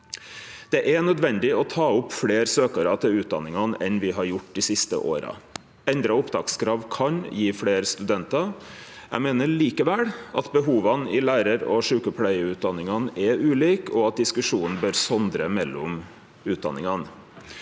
Det er nødvendig å ta opp fleire søkjarar til utdanningane enn me har gjort dei siste åra. Endra opptakskrav kan gje fleire studentar. Eg meiner likevel at behova i lærar- og sjukepleiarutdanningane er ulike, og at diskusjonen bør sondre mellom utdanningane.